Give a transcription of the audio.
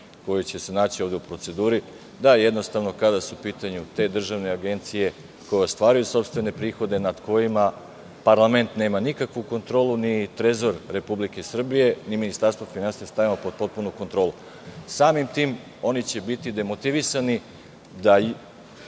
koji će se naći ovde u proceduri da, jednostavno, kada su u pitanju te državne agencije koje ostvaruju sopstvene prihode nad kojima parlament nema nikakvu kontrolu, ni Trezor Republike Srbije, ni Ministarstvo finansija, stavimo pod potpunu kontrolu. Samim tim će oni biti demotivisani da